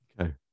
Okay